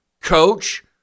coach